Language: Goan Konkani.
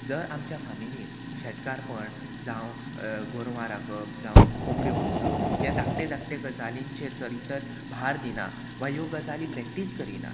जर आमच्या फॅमिलीन शेतकारपण जावं गोरवां राखप जावं कोंबड्यो पोसप हे धाकटे धाकटे गजालींचेर जरी तर भार दिना वा ह्यो गजाली प्रॅक्टीस करिना